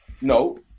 no